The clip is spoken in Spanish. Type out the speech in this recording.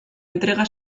entrega